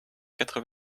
quatre